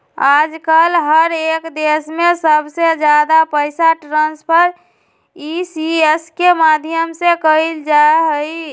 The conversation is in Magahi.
आजकल हर एक देश में सबसे ज्यादा पैसा ट्रान्स्फर ई.सी.एस के माध्यम से कइल जाहई